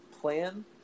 plan